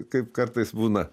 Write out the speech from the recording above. kaip kartais būna